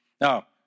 Now